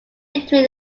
between